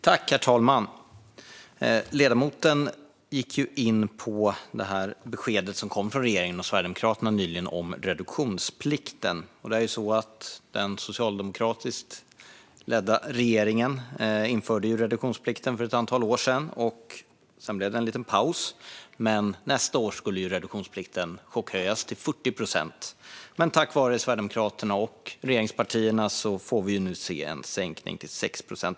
Herr talman! Ledamoten gick in på beskedet som kom från regeringen och Sverigedemokraterna nyligen om reduktionsplikten. Den socialdemokratiskt ledda regeringen införde reduktionsplikten för ett antal år sedan. Sedan blev det en liten paus. Men nästa år skulle reduktionsplikten chockhöjas till 40 procent. Tack vare regeringspartierna och Sverigedemokraterna får vi nu se en sänkning till 6 procent.